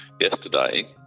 yesterday